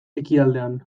ekialdean